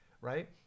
Right